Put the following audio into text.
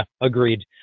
agreed